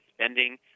spending